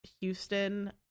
houston